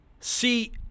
See